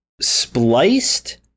spliced